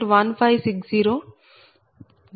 1560 j0